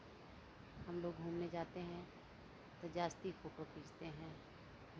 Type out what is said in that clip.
हमलोग घूमने जाते हैं तो जास्ती फोटो खींचते हैं